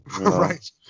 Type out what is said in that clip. Right